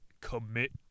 commit